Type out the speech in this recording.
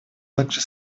также